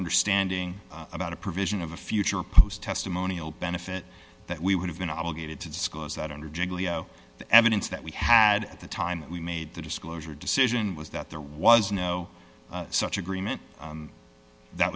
understanding about a provision of a future post testimonial benefit that we would have been obligated to disclose that under giglio the evidence that we had at the time that we made the disclosure decision was that there was no such agreement that